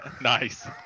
nice